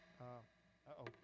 Uh-oh